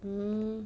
um